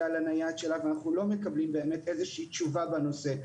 לנייד שלה ואנחנו לא מקבלים באמת איזושהי תשובה בנושא.